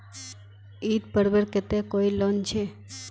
ईद पर्वेर केते कोई लोन छे?